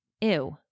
Ew